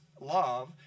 love